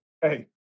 hey